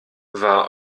war